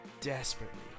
desperately